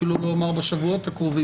אפילו לא אומר בשבועות הקרובים,